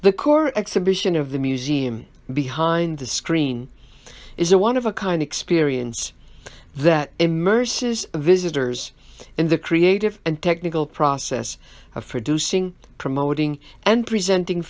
the core exhibition of the museum behind the screen is a one of a kind experience that immerses visitors in the creative and technical process of producing promoting and presenting